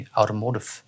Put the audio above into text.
automotive